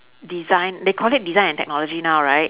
design they call it design and technology now right